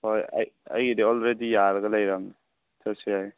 ꯍꯣꯏ ꯑꯩꯒꯤꯗꯤ ꯑꯣꯜꯔꯦꯗꯤ ꯌꯥꯔꯒ ꯂꯩꯔꯕꯅꯤ ꯆꯠꯁꯤ ꯌꯥꯏ